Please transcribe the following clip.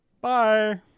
Bye